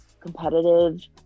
competitive